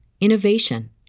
innovation